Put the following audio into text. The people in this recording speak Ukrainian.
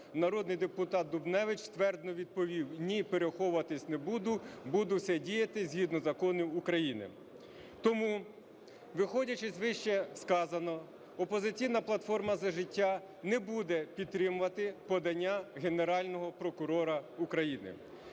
народний депутат Дубневич ствердно відповів: "Ні, переховуватись не буду, буду все діяти згідно законів України". Тому, виходячи з вищесказаного, "Опозиційна платформа – За життя" не буде підтримувати подання Генерального прокурора України.